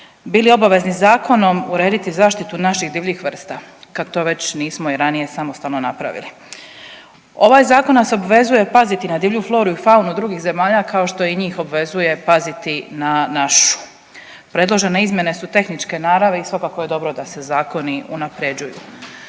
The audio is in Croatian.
bili obavezni zakonom urediti zaštitu naših divljih vrsta kad to već nismo i ranije samostalno napravili. Ovaj zakon nas obvezuje paziti na divlju floru i faunu drugih zemalja kao što i njih obvezuje paziti na našu. Predložene izmjene su tehničke naravi i svakako je dobro da se zakoni unapređuju.